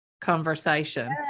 conversation